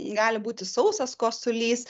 gali būti sausas kosulys